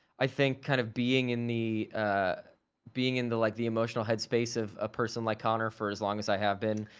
i think kind of being in the ah being in the, like emotional head space of a person like connor, for as long as i have been,